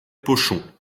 pochon